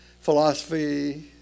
philosophy